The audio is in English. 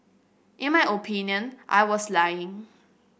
in my opinion I was lying